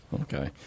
okay